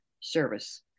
service